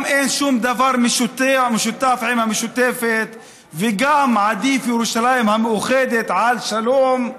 גם אין שום דבר משותף עם המשותפת וגם עדיף ירושלים המאוחדת על שלום.